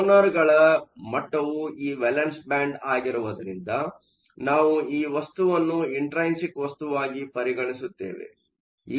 ಡೊನರ್ಗಳ ಮಟ್ಟವು ಈ valence band ಆಗಿರುವುದರಿಂದ ನಾವು ಈ ವಸ್ತುವನ್ನು ಇಂಟ್ರೈನ್ಸಿಕ್ ವಸ್ತುವಾಗಿ ಪರಿಗಣಿಸುತ್ತೇವೆ